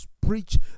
preach